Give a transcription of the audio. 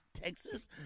Texas